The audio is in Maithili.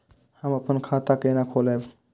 हम अपन खाता केना खोलैब?